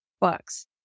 books